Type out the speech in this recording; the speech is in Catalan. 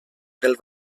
del